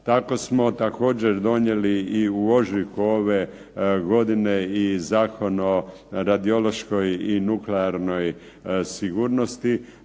Tako smo također donijeli i u ožujku ove godine i Zakon o radiološkoj i nuklearnoj sigurnosti,